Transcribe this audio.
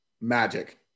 magic